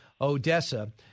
Odessa